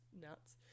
nuts